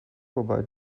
wobei